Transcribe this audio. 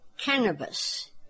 cannabis